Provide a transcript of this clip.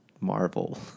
Marvel